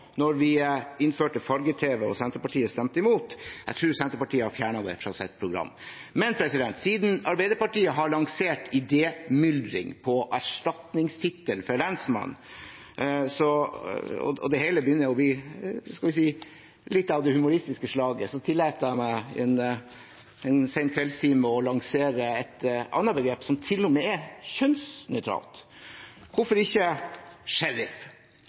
vi innførte farge-tv og Senterpartiet stemte imot. Jeg tror Senterpartiet har fjernet det fra sitt program. Siden Arbeiderpartiet har lansert idémyldring om erstatningstittel for «lensmann» og det hele begynner å bli – skal vi si – litt av det humoristiske slaget, tillater jeg meg en sen kveldstime å lansere et annet begrep, som til og med er kjønnsnøytralt. Hvorfor ikke